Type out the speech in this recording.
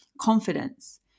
confidence